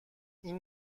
این